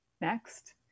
next